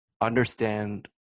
understand